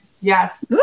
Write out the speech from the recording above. Yes